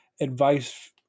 advice